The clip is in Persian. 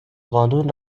قانون